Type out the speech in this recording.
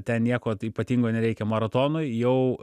ten nieko ypatingo nereikia maratonui jau